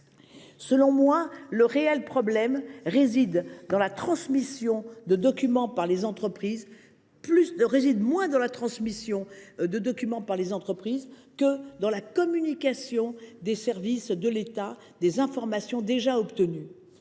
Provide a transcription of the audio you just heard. Selon moi, le réel problème réside moins dans la transmission de documents par les entreprises que dans la communication entre les services de l’État d’informations déjà détenues.